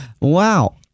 Wow